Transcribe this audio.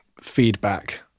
feedback